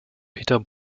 peter